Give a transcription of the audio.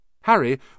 Harry